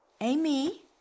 Amy